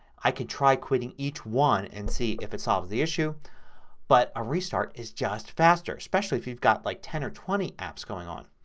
i could try quitting each one and see if it solves the issue but a restart is just faster especially if you've got like ten or twenty apps going on.